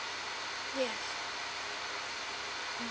yes